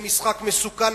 זה משחק מסוכן,